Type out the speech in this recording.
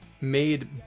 made